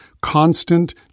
constant